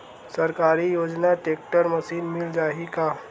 सरकारी योजना tractor machine मिल जाही का?